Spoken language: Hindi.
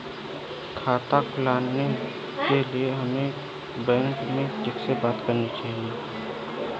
खाता खुलवाने के लिए हमें बैंक में किससे बात करनी चाहिए?